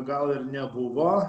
gal ir nebuvo